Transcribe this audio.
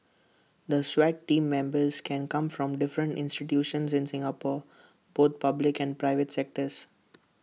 the Swat Team Members can come from different institutions in Singapore both public and private sectors